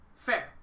Fair